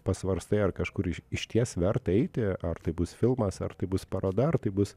pasvarstai ar kažkur išties verta eiti ar tai bus filmas ar tai bus paroda ar tai bus